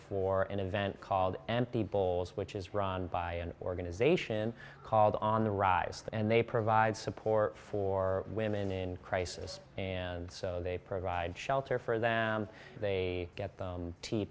for an event called empty bowls which is run by an organization called on the rise and they provide support for women in crisis and so they provide shelter for them they get the te